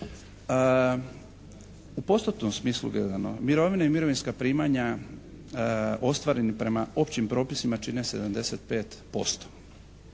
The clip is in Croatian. U postotnom smislu gledano mirovine i mirovinska primanja ostvareni prema općim propisima čine 75%